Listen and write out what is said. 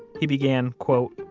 he began, quote,